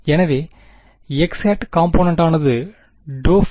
எனவே x காம்பொனன்ட்டானது ∂ϕ∂y